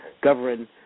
govern